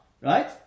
Right